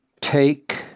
take